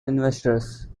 investors